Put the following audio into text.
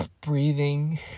breathing